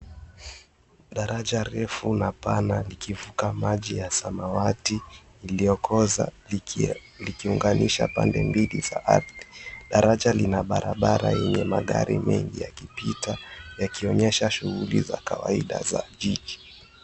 Daraja refu na pana likivuka maji ya samawati iliyokoza likiunganisha pande mbili za ardhi. Daraja lina barabara yenye magari mengi yakipita yakionyesha shughuli za kawaida za jiji.